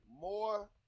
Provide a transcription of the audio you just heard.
more